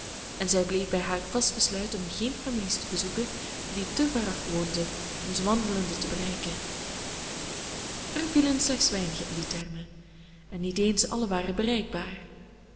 en zij bleef bij haar vast besluit om geen families te bezoeken die te veraf woonden om ze wandelende te bereiken er vielen slechts weinige in die termen en niet eens alle waren bereikbaar